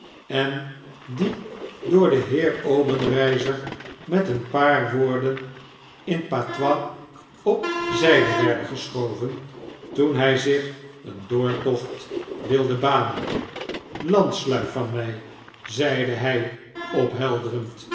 en die door den heer obenreizer met een paar woorden in patois op zyde werden geschoven toen hy zich een doortocht wilde banen landslui van my zeide hy ophelderend